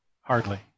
hardly